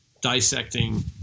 dissecting